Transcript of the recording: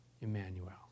Emmanuel